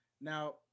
now